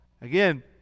again